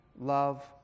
love